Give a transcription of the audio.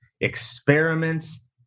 experiments